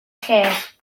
lles